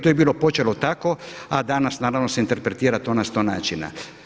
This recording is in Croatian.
To je bilo počelo tako a danas naravno se interpretira to na 100 načina.